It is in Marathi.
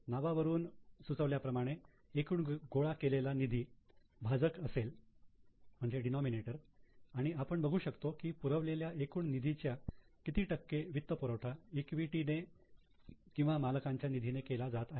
नावावरून सुचवल्या प्रमाणे एकूण गोळा केलेला निधी भाजक असेल आणि आपण बघू शकतो की पुरवलेल्या एकूण निधीच्या किती टक्के वित्तपुरवठा इक्विटी ने किंवा मालकांच्या निधीने केला जात आहे